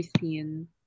seen